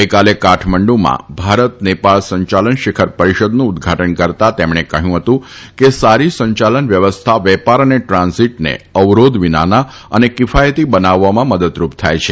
ગઈકાલે કાઠમંડુમાં ભારતનેપાળ સંચાલન શીખર પરિષદનું ઉદઘાટન કરતા તેમણે કહ્યું હતું કે સારી સંચાલન વ્યવસ્થા વેપાર અને ટ્રાન્ઝીટને અવરોધ વિનાના તથા કિફાયતી બનાવવામાં મદદરૂપ થાથ છે